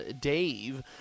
Dave